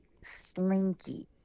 Slinky